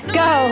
go